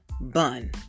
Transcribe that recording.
bun